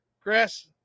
Chris